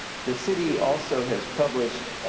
the city also has published